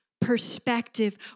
perspective